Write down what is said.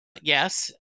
Yes